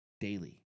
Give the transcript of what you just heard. daily